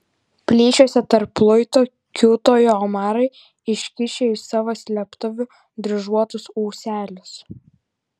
plyšiuose tarp luitų kiūtojo omarai iškišę iš savo slėptuvių dryžuotus ūselius